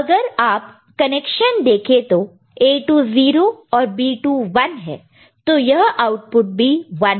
अगर आप कनेक्शन देखें तो A2 0 और B2 1 है तो यह आउटपुट भी 1 होगा